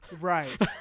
right